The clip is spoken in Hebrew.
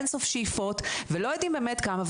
אינסוף שאיפות ולא יודעים באמת כמה.